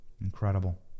Incredible